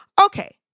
Okay